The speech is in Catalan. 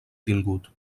tingut